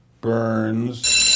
Burns